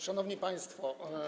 Szanowni Państwo!